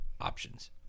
options